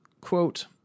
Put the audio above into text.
quote